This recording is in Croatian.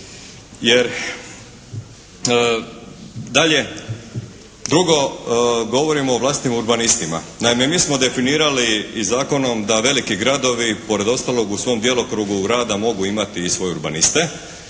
Drugo, govorimo o vlastitim urbanistima. Naime, mi smo definirali i zakonom da veliki gradovi pored ostalog u svom djelokrugu rada mogu imati i svoje urbaniste.